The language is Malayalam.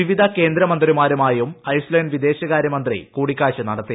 വിവിധ കേന്ദ്രമന്ത്രിമാരുമായും ഐസ്ലൻഡ് വിദേശകാര്യമന്ത്രി കൂടിക്കാഴ്ച നടത്തി